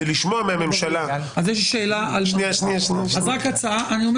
זה לשמוע מהממשלה -- אז יש לי שאלה -- רק רגע -- אני אומר